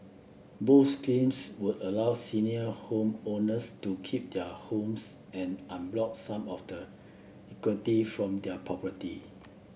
both schemes would allow senior homeowners to keep their homes and unlock some of the equity from their property